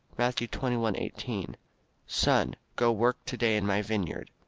matthew twenty one eighteen son, go work to-day in my vineyard.